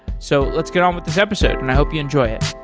so let's get on with this episode, and i hope you enjoy it.